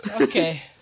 Okay